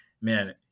man